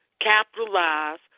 capitalize